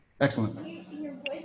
excellent